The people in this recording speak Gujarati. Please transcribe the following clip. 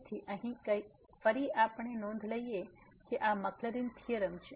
તેથી અહીં ફરી આપણે નોંધ લઈએ છીએ કે આ મક્લરિન થીયોરમ છે